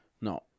No